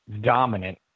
dominant